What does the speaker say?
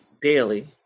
Daily